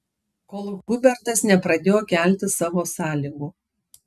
kol hubertas nepradėjo kelti savo sąlygų